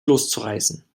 loszureißen